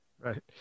Right